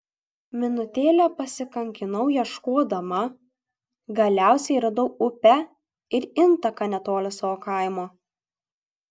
minutėlę pasikankinau ieškodama galiausiai radau upę ir intaką netoli savo kaimo